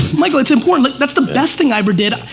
michael it's important. that's the best thing i ever did,